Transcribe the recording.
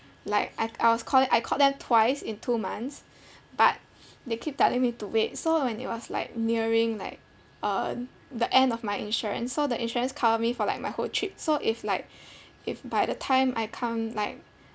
like I I was I calling I called them twice in two months but they keep telling me to wait so when it was like nearing like uh the end of my insurance so the insurance cover me for like my whole trip so if like if by the time I come like